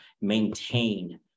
maintain